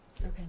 Okay